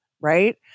Right